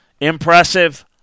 Impressive